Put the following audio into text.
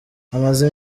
amaze